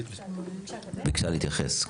היא ביקשה להתייחס.